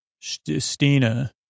Stina